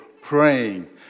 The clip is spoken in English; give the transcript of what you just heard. praying